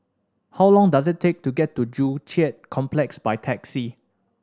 how long does it take to get to Joo Chiat Complex by taxi